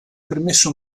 permesso